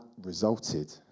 resulted